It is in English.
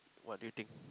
what do you think